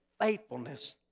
faithfulness